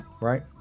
Right